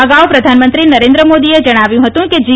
અગાઉ પ્રધાનમંત્રી નરેન્દ્ર મોદીએ જણાવ્યું હતું કે જી